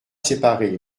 séparés